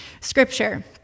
scripture